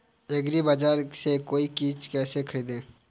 एग्रीबाजार से कोई चीज केसे खरीदें?